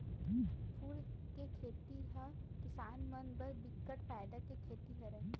फूल के खेती ह किसान मन बर बिकट फायदा के खेती हरय